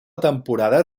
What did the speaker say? temporada